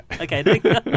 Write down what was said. Okay